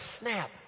snap